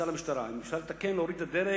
שר המשטרה, אני בעד אם אפשר לתקן ולהוריד את הדרג